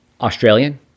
Australian